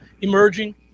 emerging